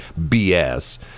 BS